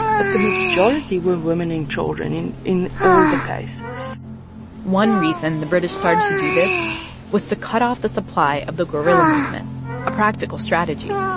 but the majority were women and children in in all the cases one reason the british started to do this was to cut off the supply of the guerrilla movement a practical strategy.